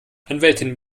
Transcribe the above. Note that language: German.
anwältin